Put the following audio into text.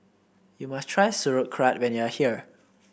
you must try Sauerkraut when you are here